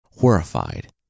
Horrified